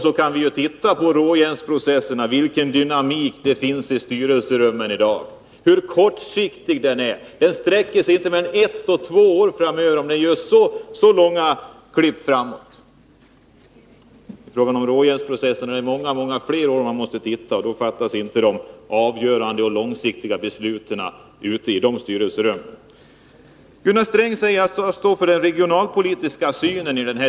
Så kan vi ju titta på råjärnsprocessen och se vilken dynamik det finns i styrelserummen i dag — hur kortsiktig den är. Den sträcker sig inte mer än en å två år framöver, om man ens gör så långa klipp framåt. I fråga om råjärnsprocessen är det många fler håll man måste titta åt. Där fattas inte de avgörande och långsiktiga besluten i de styrelserummen. Gunnar Sträng säger att jag i den här debatten står för den regionalpolitiska synen.